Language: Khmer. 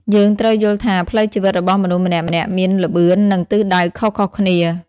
យើងត្រូវយល់ថា ផ្លូវជីវិតរបស់មនុស្សម្នាក់ៗមាន "ល្បឿន" និង "ទិសដៅ" ខុសៗគ្នា។